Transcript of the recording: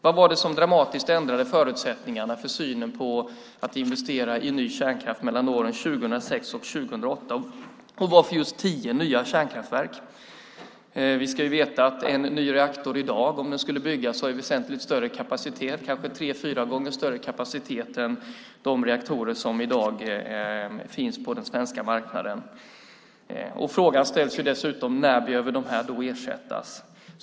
Vad var det som så dramatiskt ändrade förutsättningarna och synen på att investera i ny kärnkraft mellan åren 2006 och 2008? Varför just tio nya kärnkraftverk? Vi ska veta att en ny reaktor som skulle byggas i dag skulle ha väsentligt större kapacitet, kanske tre fyra gånger större kapacitet, än de reaktorer som i dag finns på den svenska marknaden. Frågan ställs dessutom: När behöver de ersättas?